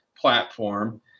platform